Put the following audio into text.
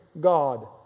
God